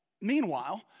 meanwhile